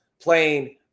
playing